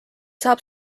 saab